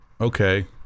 Okay